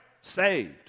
saved